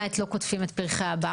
היה את "לא קוטפים את פרחי הר",